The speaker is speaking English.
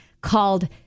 called